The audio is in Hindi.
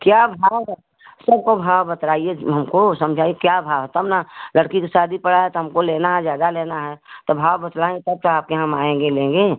क्या भाव है सबका भाव बतलाइए हमको समझाइए क्या भाव है तब ना लड़की के शादी पड़ा है तो हमको लेना है ज्यादा लेना है तो भाव बतलाएँगे तब तो आपके यहाँ हम आएँगे लेंगे